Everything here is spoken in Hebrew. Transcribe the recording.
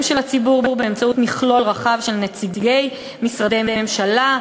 של הציבור באמצעות מכלול רחב של נציגי משרדי הממשלה,